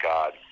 God